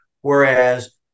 whereas